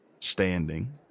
standing